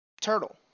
turtle